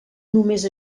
només